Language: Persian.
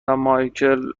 مایکل